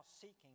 seeking